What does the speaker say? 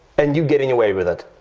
and you getting away with it.